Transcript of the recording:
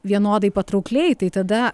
vienodai patraukliai tai tada